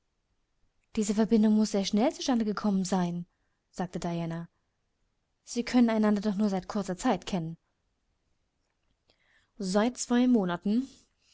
diese verbindung muß sehr schnell zu stande gekommen sein sagte diana sie können einander doch nur seit kurzer zeit kennen seit zwei monaten